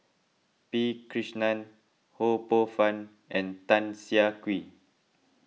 P Krishnan Ho Poh Fun and Tan Siah Kwee